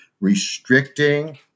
restricting